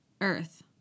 Earth